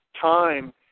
time